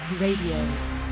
Radio